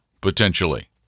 potentially